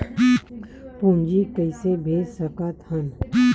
पूंजी कइसे भेज सकत हन?